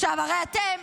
הרי אתם,